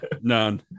none